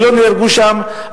ולא נהרגו שם,